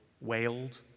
wailed